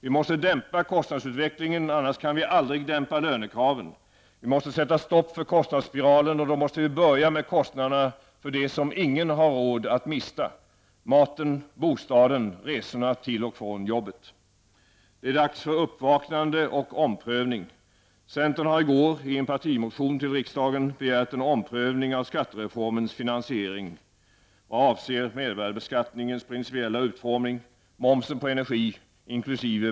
Vi måste dämpa kostnadsutvecklingen, annars kan vi aldrig dämpa lönekraven. Vi måste sätta stopp för kostnadsspiralen, och då måste vi börja med kostnaderna för det som ingen har råd att mista: maten, bostaden, resorna till och från jobbet. Det är dags för uppvaknande och omprövning. Centern begärde i går i en partimotion till riksdagen en omprövning av skattereformens finansiering i vad avser mervärdesbeskattningens principiella utformning, momsen på energi inkl.